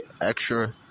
extra